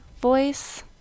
voice